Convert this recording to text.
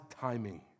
timing